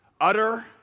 Utter